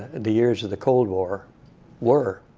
the years of the cold war were.